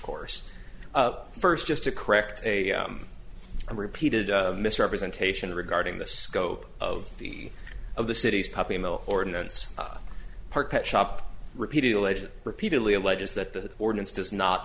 course first just to correct a repeated misrepresentation regarding the scope of the of the city's puppy mill ordinance park pet shop repeated alleged repeatedly alleges that the ordinance does not